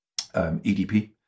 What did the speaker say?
EDP